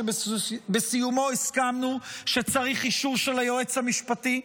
שבסיומו הסכמנו שצריך אישור של היועץ המשפטי,